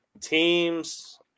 teams